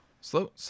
Slow